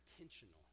intentional